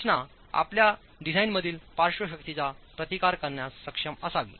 रचना आपल्या डिझाइनमधील पार्श्व शक्तीचा प्रतिकार करण्यास सक्षम असावी